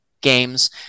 games